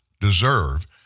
deserve